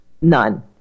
None